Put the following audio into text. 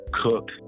cook